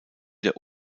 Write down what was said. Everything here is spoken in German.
der